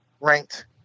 ranked